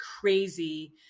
crazy